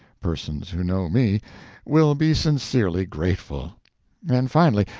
persons who know me will be sincerely grateful and finally,